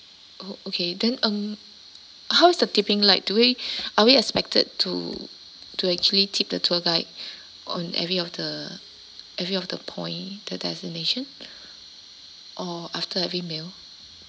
oh okay then um how is the tipping like do we are we expected to to actually tip the tour guide on every of the every of the point the destination or after every meal